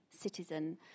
citizen